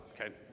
Okay